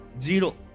Zero